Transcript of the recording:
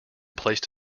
placed